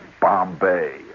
Bombay